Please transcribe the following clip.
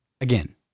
Again